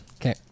Okay